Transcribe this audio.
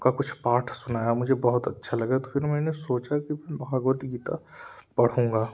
का कुछ पाठ सुनाया मुझे बहुत अच्छा लगा त फिर मैंने सोचा कि भगवद गीता पढूँगा